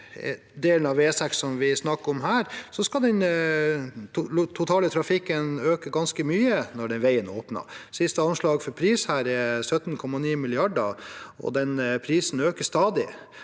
delen av E6 som vi snakker om her, skal den totale trafikken øke ganske mye når veien åpnes. Siste anslag for pris er 17,9 mrd. kr, og prisen øker stadig.